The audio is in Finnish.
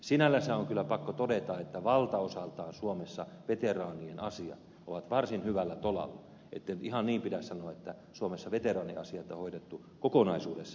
sinällänsä on kyllä pakko todeta että valtaosaltaan suomessa veteraanien asiat ovat varsin hyvällä tolalla ettei nyt ihan niin pidä sanoa että suomessa veteraaniasioita on hoidettu kokonaisuudessaan huonosti